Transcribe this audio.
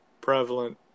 prevalent